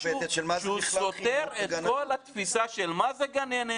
יש פה משהו שהוא סותר את כל התפיסה של מה זה גננת,